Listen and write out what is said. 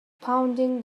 pounding